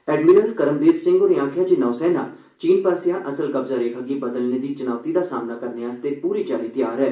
admiral Karambir Singh होरें आखेआ ऐ जे नौसेना चीन आसेआ असल कब्जा रेखा गी बदलने दी चुनौती दा सामना करने आस्तै पूरी चाल्ली तैयार ऐ